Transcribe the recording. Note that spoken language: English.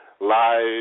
Live